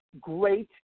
great